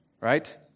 right